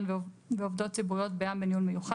ועובדות ציבוריות בע"מ (בניהול מיוחד),